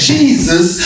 Jesus